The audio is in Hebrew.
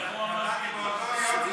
נתתי באותו יום.